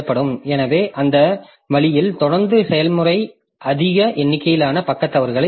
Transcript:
எனவே அந்த வழியில் தொடர்ந்து செயல்முறை அதிக எண்ணிக்கையிலான பக்க தவறுகளை உருவாக்கும்